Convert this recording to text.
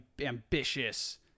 ambitious